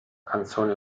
canzone